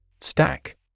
Stack